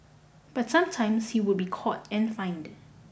but sometimes he would be caught and fined